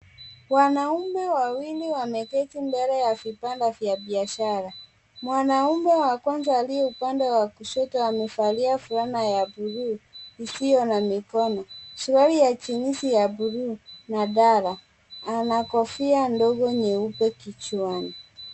Wanaume wawili wameketi mbele ya vibanda vya biashara, mwanaume wa kwanza aliye upande wa kushoto amevalia fulana ya bulu isiyo na mikono, suruali ya jinsi ya bulu na dara ana kofia ndogo nyeupe kichwani.